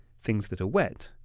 things that are wet.